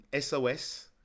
SOS